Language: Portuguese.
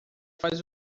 faz